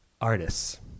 artists